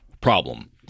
problem